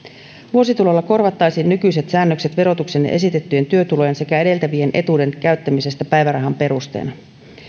vuositulolla korvattaisiin nykyiset säännökset verotuksen ja esitettyjen työtulojen sekä edeltävän etuuden käyttämisestä päivärahan perusteena